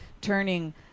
turning